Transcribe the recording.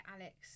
Alex